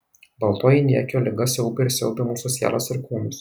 baltoji niekio liga siaubė ir siaubia mūsų sielas ir kūnus